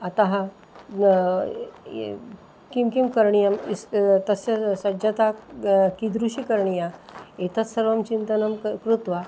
अतः किं किं करणीयम् इस् तस्य सज्जता किदृशी करणीया एतत् सर्वं चिन्तनं क् कृत्वा